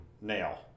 nail